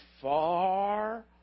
far